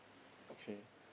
okay